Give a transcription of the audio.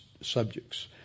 subjects